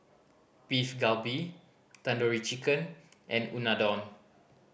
Beef Galbi Tandoori Chicken and Unadon